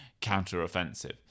counter-offensive